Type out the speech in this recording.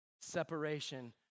Separation